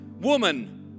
woman